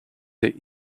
the